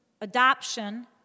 adoption